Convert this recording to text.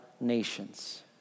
nations